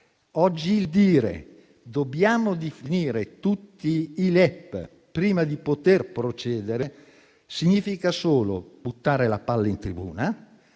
Oggi dire che dobbiamo definire tutti i LEP prima di poter procedere significa solo buttare la palla in tribuna,